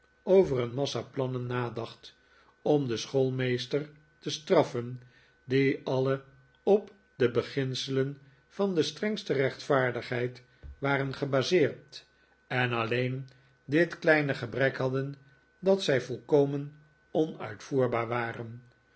over een massa plannen nadacht om den schoolmeester te straffen die alle op de beginselen van de strengste rechtvaardigheid waren gebaseerd en alleen dit kleine gebrek hadden dat zij volkomen onuitvoerbaar waren